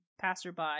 passerby